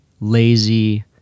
lazy